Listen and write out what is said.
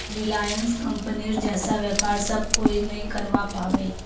Reliance कंपनीर जैसा व्यापार सब कोई नइ करवा पाबे